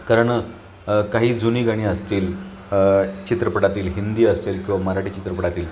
कारण काही जुनी गाणी असतील चित्रपटातील हिंदी असतील किंवा मराठी चित्रपटातील